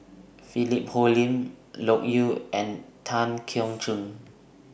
Philip Hoalim Loke Yew and Tan Keong Choon